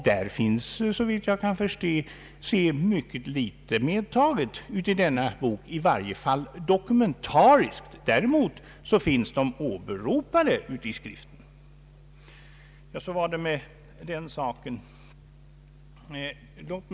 Därom finns såvitt jag kan se mycket litet medtaget i denna bok, i varje fall dokumentariskt. Däremot finns dessa ställningstaganden åberopade i skriften.